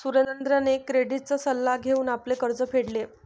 सुरेंद्रने क्रेडिटचा सल्ला घेऊन आपले कर्ज फेडले